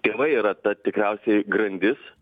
tėvai yra ta tikriausiai grandis